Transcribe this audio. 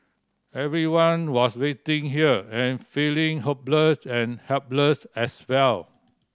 everyone was waiting here and feeling hopeless and helpless as well